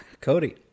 Cody